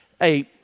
Hey